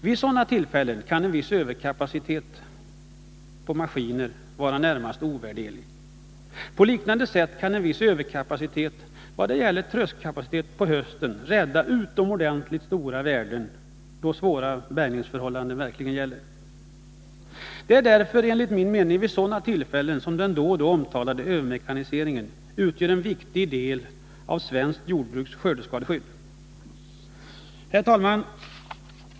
Vid sådana tillfällen kan en viss överkapacitet på maskiner vara närmast ovärderlig. På liknande sätt kan en viss överkapacitet vad gäller skördetröskor rädda utomordentligt stora värden under svåra bärgningsförhållanden på hösten. Det är därför enligt min mening vid sådana tillfällen som den då och då omtalade övermekaniseringen utgör en viktig del av svenskt jordbruks skördeskadeskydd. Herr talman!